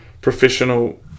professional